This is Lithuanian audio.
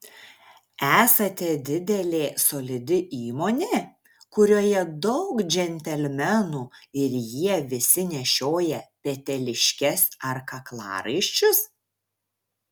esate didelė solidi įmonė kurioje daug džentelmenų ir jie visi nešioja peteliškes ar kaklaraiščius